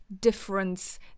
difference